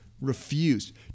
refused